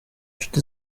nshuti